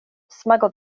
smuggled